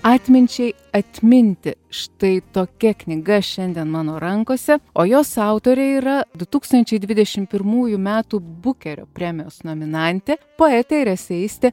atminčiai atminti štai tokia knyga šiandien mano rankose o jos autorė yra du tūkstančiai dvidešim pirmųjų metų bukerio premijos nominantė poetė ir esistė